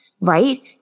right